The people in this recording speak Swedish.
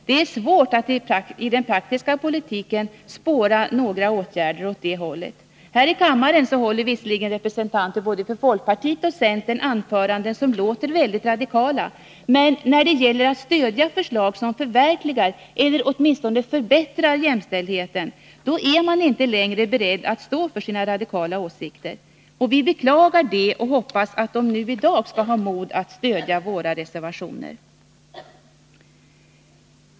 Det är svårt att i den praktiska politiken spåra några åtgärder åt det hållet. Här i kammaren håller visserligen representanter för folkpartiet och centern anföranden som låter väldigt radikala, men när det gäller att stödja förslag som förverkligar eller åtminstone förbättrar jämställdheten, då är man inte längre beredd att stå för sina radikala åsikter. Vi beklagar detta och hoppas att de i dag skall ha mod att stödja våra reservationer.